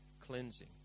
Cleansing